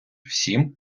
всім